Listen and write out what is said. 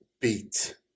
beat